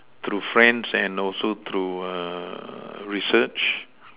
through friends and also through err research